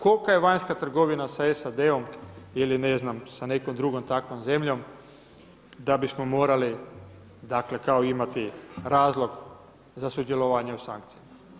Kolika je vanjska trgovina sa SAD-om ili ne znam, sa nekom drugom takvom zemljom, da bismo morali, kao imati razlog za sudjelovanjem u sankciji.